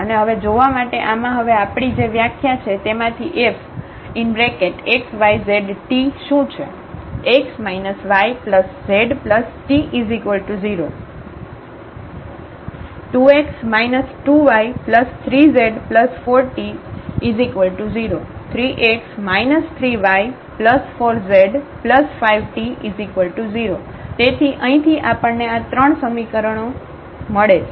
અને હવે જોવા માટે આમાં હવે આપણી જે વ્યાખ્યા છે તેમાંથી Fxyztશું છે x yzt0 2x 2y3z4t0 3x 3y4z5t0 તેથી અહીંથી આપણ ને આ 3 સમીકરણો આ 3 સમીકરણો મળે છે